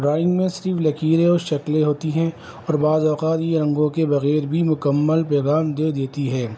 drawing میں صرف لکیریں اور شکلیں ہوتی ہیں اور بعض اوقات یہ رنگوں کے بغیر بھی مکمل پیغام دے دیتی ہے